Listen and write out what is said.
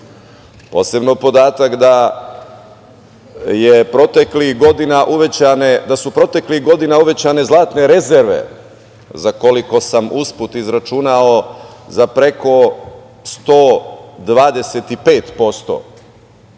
Posebno podatak da su proteklih godina uvećane zlatne rezerve za, koliko sam usput izračunao, preko 125%.